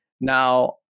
Now